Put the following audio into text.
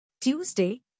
Tuesday